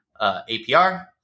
APR